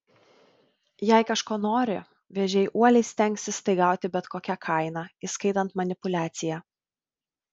jei kažko nori vėžiai uoliai stengsis tai gauti bet kokia kaina įskaitant manipuliaciją